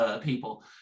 people